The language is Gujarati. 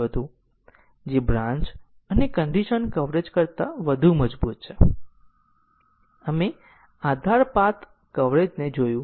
પાથ એ નોડ અને ધાર ની સિકવન્સ છે જે પ્રારંભિક નોડથી કંટ્રોલ ફ્લો ગ્રાફમાં ટર્મિનલ નોડ સુધીનો માર્ગ છે